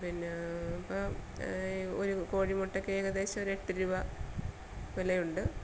പിന്നെ ഇപ്പം ഒരു കോഴിമുട്ടക്ക് ഏകദേശം ഒരു എട്ട് രൂപ വിലയുണ്ട്